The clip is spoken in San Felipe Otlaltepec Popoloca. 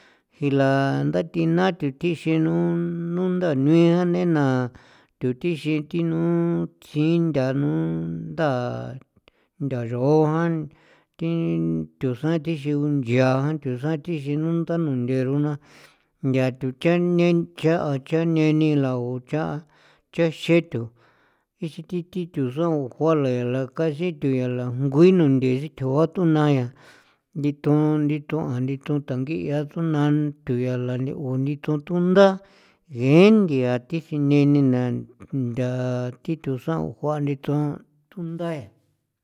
Jii la ndathi na tho thixin no no ndanui jan neina tho thixin thi no tsjin nthanu nda ntha nthan ch'ojan thi thusan thixin ngunchajan thosan thixin no nda nuntheroana nthia tho cha neni cha neni lagu gucha xethu ixin thi tho tho sukuale kainxi tho yaa guala nguin nunthe sithjuan thonai ndithoan ndithoan ndithon tuntangia suna thjolayee u ni tutatunda ngee thia thi sineni na ntha thi tho saguan ndithun thunda ya.